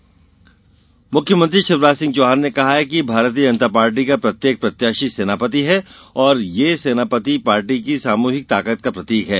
शिवराज संवाद मुख्यमंत्री शिवराज सिंह चौहान ने कहा है कि भारतीय जनता पार्टी का प्रत्येक प्रत्याशी सेनापति है और यह सेनापति पार्टी की सामूहिक ताकत का प्रतीक है